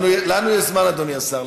לנו יש זמן, אדוני השר.